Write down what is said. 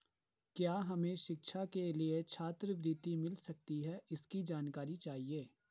क्या हमें शिक्षा के लिए छात्रवृत्ति मिल सकती है इसकी जानकारी चाहिए?